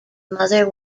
mother